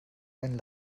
einen